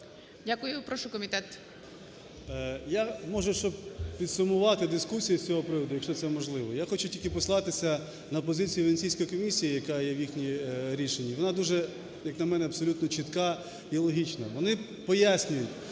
Я можу, щоб підсумувати дискусію з цього приводу, якщо це можливо, я хочу тільки послатися на позицію Венеційської комісії, яка є в їхньому рішенні. Вона дуже, як на мене, абсолютно чітка і логічна. Вони пояснюють,